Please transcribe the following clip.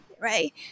right